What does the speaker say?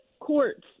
courts